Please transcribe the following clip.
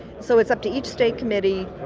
so it's up to each state committee.